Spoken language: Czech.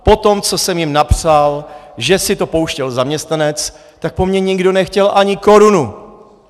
Potom co jsem jim napsal, že si to pouštěl zaměstnanec, tak po mně nikdo nechtěl ani korunu.